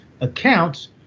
accounts